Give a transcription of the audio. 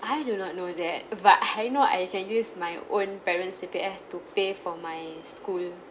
I do not know that but I know I can use my own parents' C_P_F to pay for my school